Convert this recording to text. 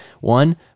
one